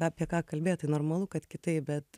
apie ką kalbėt tai normalu kad kitaip bet